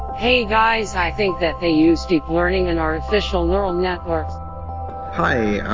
hey, guys, i think that they use deep learning and artificial neural networks hi.